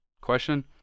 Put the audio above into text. question